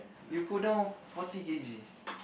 you go down forty k_g